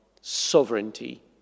sovereignty